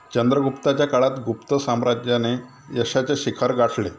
चंद्रगुप्ताच्या काळात गुप्त साम्राज्याने यशाचे शिखर गाठले